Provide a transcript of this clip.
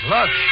Look